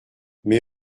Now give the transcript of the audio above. mais